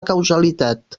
causalitat